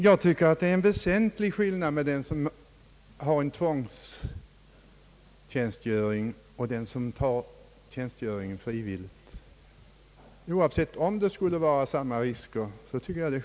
Enligt mitt förmenande är det en väsentlig skillnad mellan den som har att fullgöra tvångstjänstgöring och den som tar tjänstgöringen frivilligt, oavsett om det är förenat med samma risker.